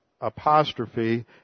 apostrophe